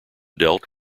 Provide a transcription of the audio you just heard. dealt